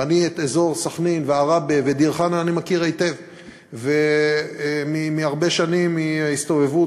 ואני את אזור סח'נין ועראבה ודיר-חנא מכיר היטב מהרבה שנים של הסתובבות,